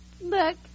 Look